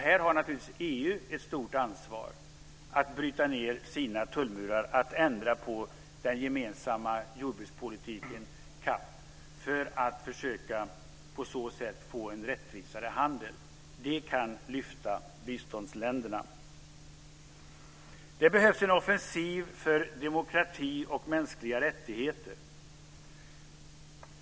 Här har naturligtvis EU ett stort ansvar att bryta ned sina tullmurar och att ändra på den gemensamma jordbrukspolitiken, CAP, för att på så sätt försöka få en rättvisare handel. Det kan lyfta biståndsländerna. Det behövs en offensiv för demokrati och mänskliga rättigheter.